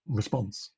response